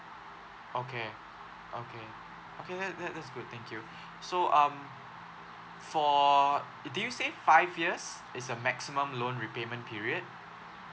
okay okay okay tha~ that that's good thank you so um for did you say five years is the maximum loan repayment period